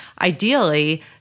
ideally